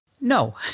No